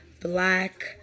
black